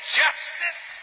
justice